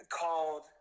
called